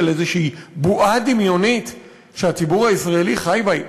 של איזושהי בועה דמיונית שהציבור הישראלי חי בה,